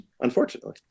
unfortunately